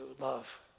love